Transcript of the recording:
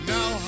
Now